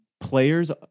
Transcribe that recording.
players